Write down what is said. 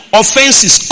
offenses